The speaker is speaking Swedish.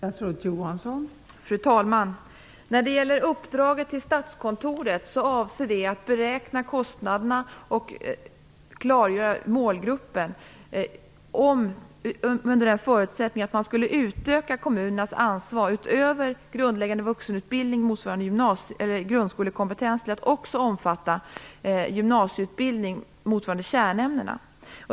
Fru talman! När det gäller uppdraget till Statskontoret avser det att man skall beräkna kostnaderna och klargöra målgruppen under den förutsättning att kommunernas ansvar skulle utökas utöver grundläggande vuxenutbildning motsvarande grundskolekompetens till att också omfatta gymnasieutbildning motsvarande kärnämnena.